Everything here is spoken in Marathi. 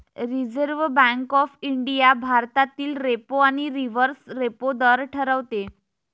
रिझर्व्ह बँक ऑफ इंडिया भारतातील रेपो आणि रिव्हर्स रेपो दर ठरवते